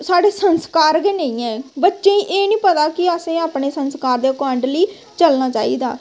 साढ़े संस्कार गै नेईं हैन बच्चें गी एह् निं पता कि असें अपने संस्कार दे अकार्डिली चलना चाहिदा